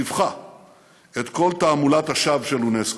באבחה, את כל תעמולת השווא של אונסק"ו: